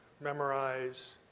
memorize